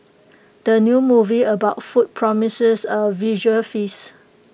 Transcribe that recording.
the new movie about food promises A visual feast